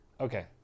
okay